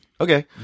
Okay